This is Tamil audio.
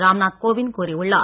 ராம் நாத் கோவிந்த் கூறியுள்ளார்